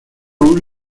aún